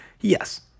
Yes